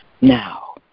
now